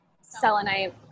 Selenite